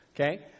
Okay